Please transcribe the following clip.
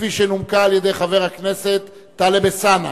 כפי שנומקה על-ידי חבר הכנסת טלב אלסאנע.